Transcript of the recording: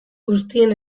guztien